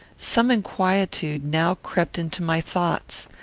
some inquietude now crept into my thoughts.